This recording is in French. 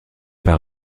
par